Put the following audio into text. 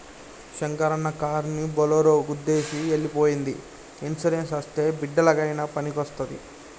శంకరన్న కారుని బోలోరో గుద్దేసి ఎల్లి పోయ్యింది ఇన్సూరెన్స్ అస్తే బిడ్డలకయినా పనికొస్తాది